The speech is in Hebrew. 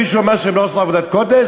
מישהו אמר שהן לא עושות עבודת קודש?